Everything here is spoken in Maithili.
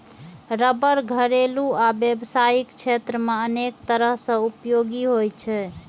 रबड़ घरेलू आ व्यावसायिक क्षेत्र मे अनेक तरह सं उपयोगी होइ छै